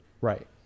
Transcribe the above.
right